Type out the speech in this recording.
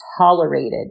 tolerated